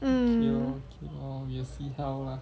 mm